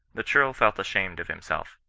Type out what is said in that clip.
the churl felt ashamed of himself.